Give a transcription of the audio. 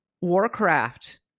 warcraft